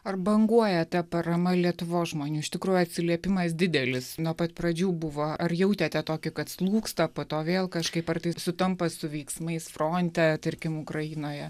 ar banguoja ta parama lietuvos žmonių iš tikrųjų atsiliepimas didelis nuo pat pradžių buvo ar jautėte tokį kad slūgsta po to vėl kažkaip ar tai sutampa su veiksmais fronte tarkim ukrainoje